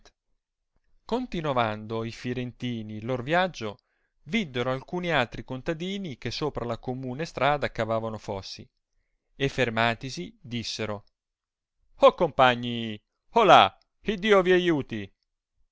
continovando i firentini il lor viaggio viddero alcuni altri contadini che sopra la commune strada cavavano fossi e fermatisi dissero compagni olà iddio vi aiuti